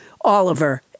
Oliver